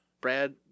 Brad